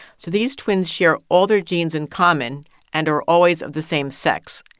so these twins share all their genes in common and are always of the same sex.